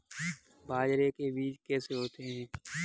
बाजरे के बीज कैसे होते हैं?